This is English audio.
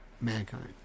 mankind